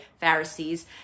Pharisees